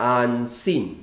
unseen